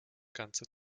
ganze